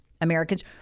Americans